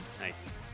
Nice